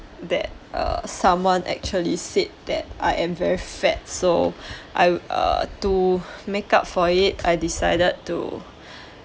that uh someone actually said that I am very fat so I will uh to make up for it I decided to